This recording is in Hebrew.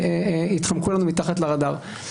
עוסקים שיתחמקו לנו מתחת לרדאר.